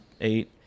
eight